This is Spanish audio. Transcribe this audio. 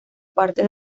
parte